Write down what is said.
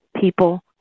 people